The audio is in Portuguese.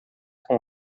com